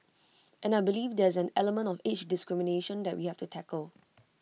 and I believe there's an element of age discrimination that we have to tackle